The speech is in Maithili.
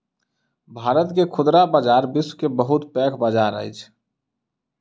भारत के खुदरा बजार विश्व के बहुत पैघ बजार अछि